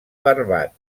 barbat